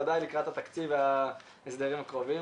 ודאי לקראת התקציב וההסדרים הקרובים,